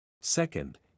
Second